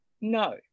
No